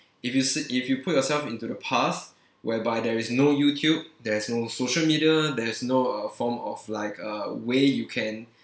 if you sa~ if you put yourself into the past whereby there is no YouTube there's no social media there's no uh form of like uh way you can